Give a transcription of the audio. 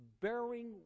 bearing